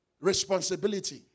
responsibility